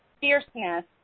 fierceness